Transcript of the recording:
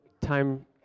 time